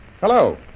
Hello